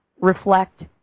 reflect